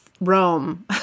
Rome